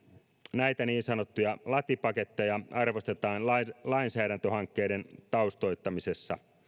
näitä niin sanottuja lati paketteja arvostetaan lainsäädäntöhankkeiden taustoittamisessa